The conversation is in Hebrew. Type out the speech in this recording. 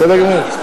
בסדר גמור.